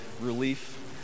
relief